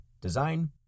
Design